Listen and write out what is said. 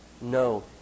No